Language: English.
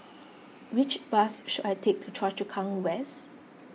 which bus should I take to Choa Chu Kang West